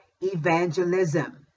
evangelism